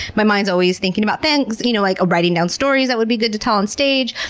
my mind's always thinking about things, you know like writing down stories that would be good to tell on stage,